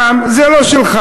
מע"מ זה לא שלך.